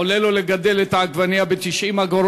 עולה לו לגדל את העגבנייה 90 אגורות,